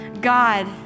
God